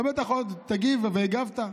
אתה בטח עוד תגיב, והגבת.